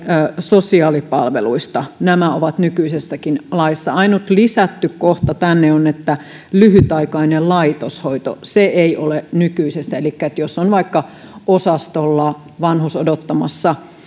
sosiaalipalveluista nämä ovat nykyisessäkin laissa ainut tänne lisätty kohta on lyhytaikainen laitoshoito se ei ole nykyisessä elikkä jos on vaikka osastolla vanhus odottamassa